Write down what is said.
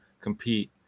compete